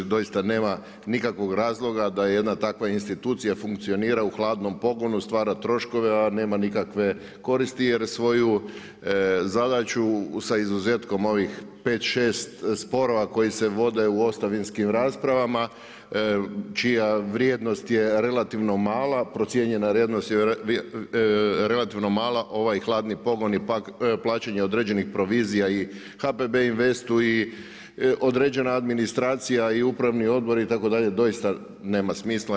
Jer doista nema nikakvog razloga da jedna takva institucija funkcionira u hladnom pogodnu, stvara troškove, nema nikakve koristi jer svoju zadaću sa izuzetkom ovih 5, 6 sporova koje se vode u ostavinskim raspravama, čija vrijednost je relativno mala, procijenjena vrijednost je relativno mala, ovaj hladan pogon je pak plaćanje određenih provizija i HPB investu i određena administracija i upravni odbor itd. doista nema smisla.